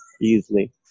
easily